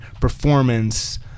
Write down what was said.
performance